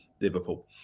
Liverpool